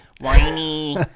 whiny